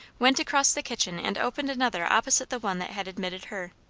went across the kitchen and opened another opposite the one that had admitted her.